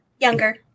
younger